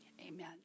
Amen